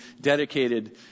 dedicated